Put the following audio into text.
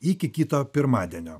iki kito pirmadienio